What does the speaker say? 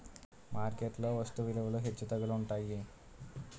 market లో వస్తు విలువలు హెచ్చుతగ్గులు ఉంటాయి